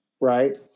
right